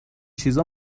چیزا